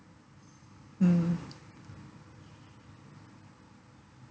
mm